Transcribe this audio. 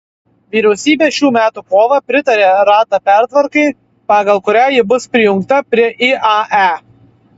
vyriausybė šių metų kovą pritarė rata pertvarkai pagal kurią ji bus prijungta prie iae